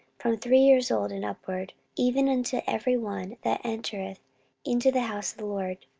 from three years old and upward, even unto every one that entereth into the house of the lord,